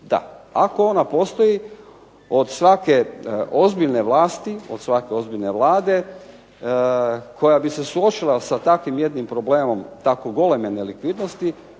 Da, ako ona postoji od svake ozbiljne vlasti, od svake ozbiljne vlade koja bi se suočila sa takvim jednim problemom tako goleme nelikvidnosti